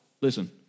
listen